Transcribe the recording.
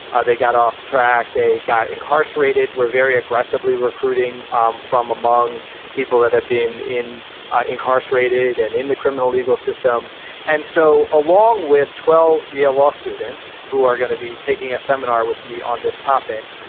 they got off track. they got incarcerated. we're very aggressively recruiting um from among people that have been in incarcerated and in the criminal legal system and so along with twelve year law students who are going to be taking a seminar with me on this topic,